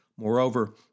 Moreover